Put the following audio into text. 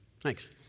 Thanks